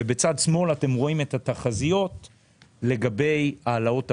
ובצד שמאל אתם רואים את התחזיות לגבי העלאות הריבית.